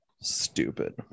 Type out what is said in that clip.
Stupid